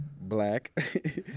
black